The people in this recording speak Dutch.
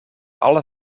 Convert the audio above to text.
alle